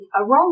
aroma